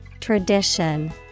Tradition